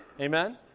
Amen